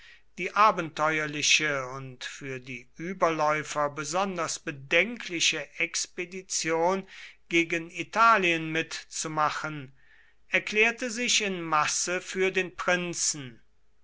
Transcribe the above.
die abenteuerliche und für die überläufer besonders bedenkliche expedition gegen italien mitzumachen erklärte sich in masse für den prinzen